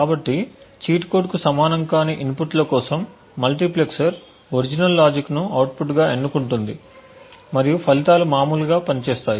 కాబట్టి cheat code కు సమానం కాని ఇన్పుట్ల కోసం మల్టీప్లెక్సర్ ఒరిజినల్ లాజిక్ ను అవుట్పుట్గా ఎన్నుకుంటుంది మరియు ఫలితాలు మామూలుగా పనిచేస్తాయి